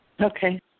Okay